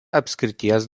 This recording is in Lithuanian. apskrities